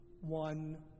one